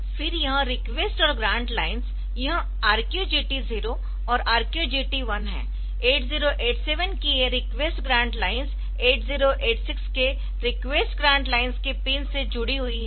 फिर यह रिक्वेस्ट और ग्रान्ट लाइन्स यह RQ GT 0 और RQ GT 1 है 8087 की ये रिक्वेस्ट ग्रान्ट लाइन्स 8086 के रिक्वेस्ट ग्रान्ट लाइन्स के पिन्स से जुड़ी हुई है